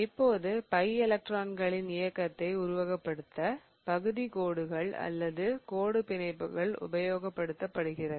இப்போது பை எலக்ட்ரான்களின் இயக்கத்தைக் உருவகப்படுத்த பகுதி கோடுகள் அல்லது கோடு பிணைப்புகள் உபயோகப்படுத்தப்படுகிறது